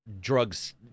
Drugs